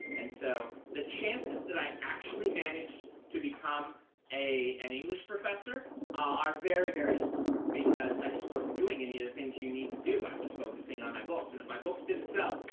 and so the chances that i actually managed to become an and english professor are very, very slim, because i just wasn't doing any of the things you need to do. i was focusing on my books. and if my books didn't sell,